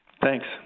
Thanks